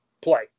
play